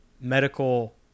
medical